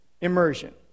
immersion